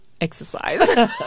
exercise